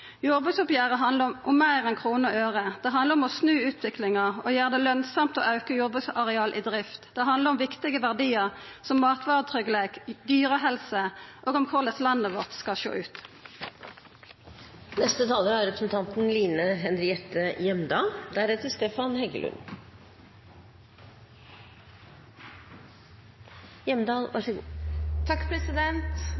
Jordbruksoppgjeret handlar om meir enn kroner og øre. Det handlar om å snu utviklinga og gjera det lønsamt å auka jordbruksareal i drift. Det handlar om viktige verdiar som matvaretryggleik, dyrehelse og om korleis landet vårt skal sjå